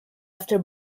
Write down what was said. after